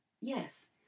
yes